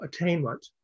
attainment